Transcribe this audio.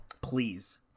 Please